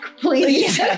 please